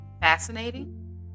fascinating